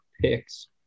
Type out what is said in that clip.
picks